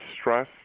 stress